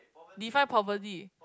define poverty